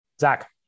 Zach